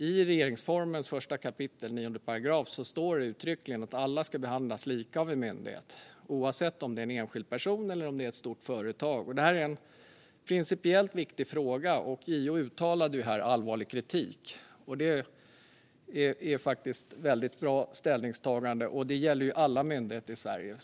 I regeringsformen 1 kap. 9 § står det uttryckligen att alla ska behandlas lika av en myndighet, oavsett om det är en enskild person eller ett stort företag. Detta är en principiellt viktig fråga, och JO uttalar här allvarlig kritik. Det är ett väldigt bra ställningstagande, och det gäller alla myndigheter i Sverige.